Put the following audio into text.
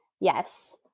Yes